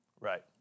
Right